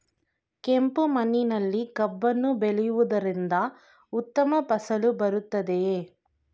ಕೆಂಪು ಮಣ್ಣಿನಲ್ಲಿ ಕಬ್ಬನ್ನು ಬೆಳೆಯವುದರಿಂದ ಉತ್ತಮ ಫಸಲು ಬರುತ್ತದೆಯೇ?